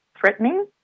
threatening